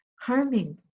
harming